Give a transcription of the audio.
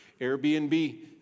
Airbnb